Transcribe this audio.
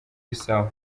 bissau